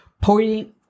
pointing